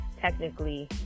technically